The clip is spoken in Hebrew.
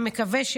אני מקווה,